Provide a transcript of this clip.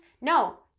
No